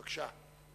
בבקשה.